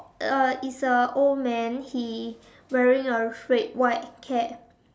uh it's a old man he wearing a red white cap